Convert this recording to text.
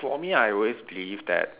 for me I always believed that